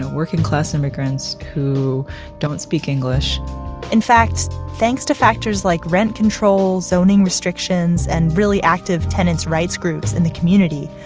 and working-class immigrants who don't speak english in fact, thanks to factors like rent controls, zoning restrictions, and really active tenants rights groups in the community,